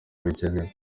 bikenewe